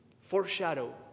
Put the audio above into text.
foreshadow